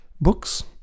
books